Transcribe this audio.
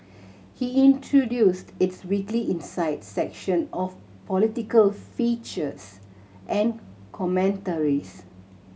he introduced its weekly Insight section of political features and commentaries